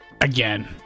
Again